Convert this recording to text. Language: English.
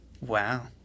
wow